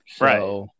Right